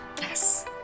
Yes